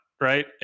Right